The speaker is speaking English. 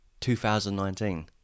2019